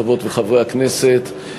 חברות וחברי הכנסת,